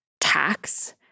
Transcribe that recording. tax